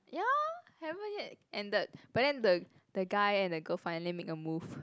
ya haven't yet ended but then the the guy and the girl finally make a move